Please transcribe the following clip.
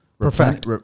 perfect